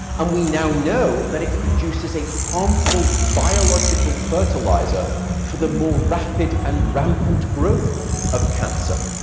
and we now know that it produces a harmful biological fertilizer for the more rapid and rampant growth of cancer.